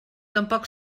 tampoc